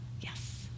yes